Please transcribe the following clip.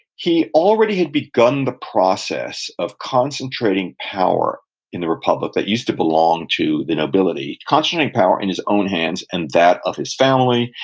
he already had begun the process of concentrating power in the republic that used to belong to the nobility, concentrating power in his own hands and that of his family.